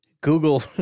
Google